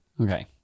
Okay